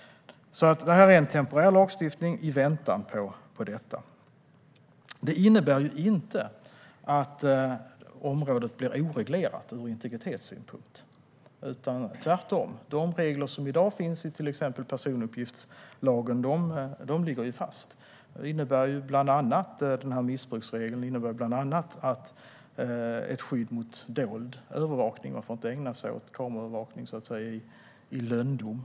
Det här är alltså en temporär lagstiftning i väntan på detta. Det innebär inte att området blir oreglerat ur integritetssynpunkt. Tvärtom - de regler som i dag finns i till exempel personuppgiftslagen ligger fast. Missbruksregeln innebär bland annat ett skydd mot dold övervakning - man får inte ägna sig åt kameraövervakning i lönndom.